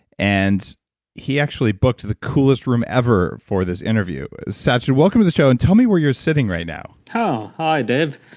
and he actually booked the coolest room ever for this interview satchin, welcome to the show and tell me where you're sitting right now hi dave,